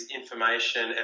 information